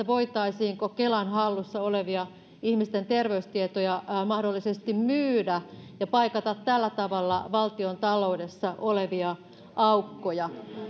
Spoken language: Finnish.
voitaisiinko kelan hallussa olevia ihmisten terveystietoja mahdollisesti myydä ja paikata tällä tavalla valtiontaloudessa olevia aukkoja